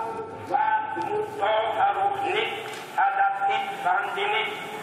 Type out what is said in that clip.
בה עוצבה דמותו הרוחנית, הדתית והמדינית,